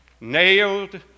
Nailed